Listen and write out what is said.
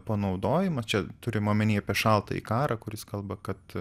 panaudojimą čia turima omeny apie šaltąjį karą kuris kalba kad